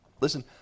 Listen